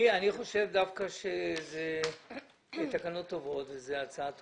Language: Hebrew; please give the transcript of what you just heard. אני חושב שזה תקנות טובות וזאת הצעה טובה.